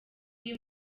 iyo